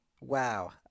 Wow